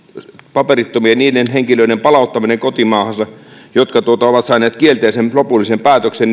paperittomien palauttamista niiden henkilöiden kotimaahansa palauttamista jotka ovat saaneet lopullisen kielteisen päätöksen